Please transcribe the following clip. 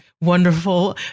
wonderful